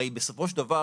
הרי בסופו של דבר,